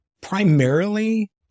primarily